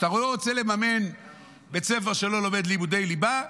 כשאתה לא רוצה לממן בית ספר שלא לומד לימודי ליבה,